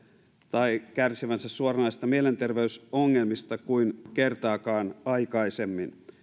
tai kärsivänsä suoranaisista mielenterveysongelmista kuin kertaakaan aikaisemmin